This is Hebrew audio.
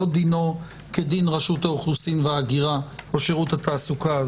לא דינו כדין רשות האוכלוסין וההגירה או שירות התעסוקה.